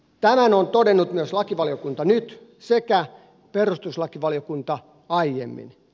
tämän on todennut myös lakivaliokunta nyt sekä perustuslakivaliokunta aiemmin